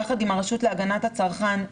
יחד עם הרשות להגנת הצרכן,